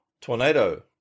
Tornado